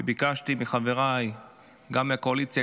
וביקשתי מחבריי גם מהקואליציה,